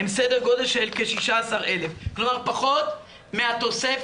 הם בסדר גודל של כ-16,000 כלומר פחות מהתוספת